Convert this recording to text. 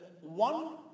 one